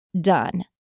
done